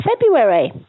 February